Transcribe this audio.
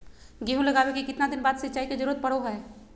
गेहूं लगावे के कितना दिन बाद सिंचाई के जरूरत पड़ो है?